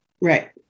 Right